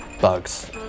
Bugs